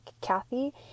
Kathy